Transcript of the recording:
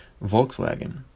Volkswagen